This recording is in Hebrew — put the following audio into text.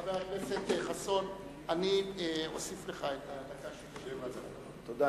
חבר הכנסת חסון, אני אוסיף לך את הדקה, תודה.